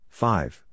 five